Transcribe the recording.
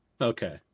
Okay